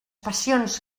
passions